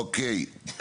אוקיי.